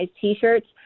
T-shirts